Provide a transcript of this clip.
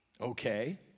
okay